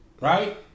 right